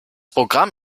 programm